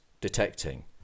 detecting